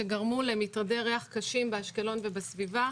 שגרמו למטרדי ריח קשים באשקלון ובסביבה.